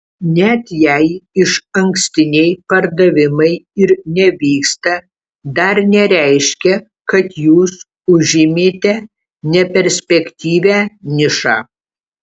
net jei išankstiniai pardavimai ir nevyksta dar nereiškia kad jūs užėmėte neperspektyvią nišą